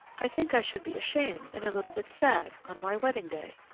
i think i should be ashamed and a little bit sad on my wedding-day.